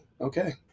okay